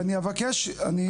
כשאני אבקש, אני בטוח שתעשי את זה.